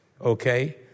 okay